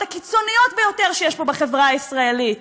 הקיצוניות ביותר שיש פה בחברה הישראלית,